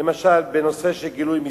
למשל בנושא של גילוי מסמכים,